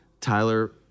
Tyler